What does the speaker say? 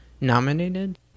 nominated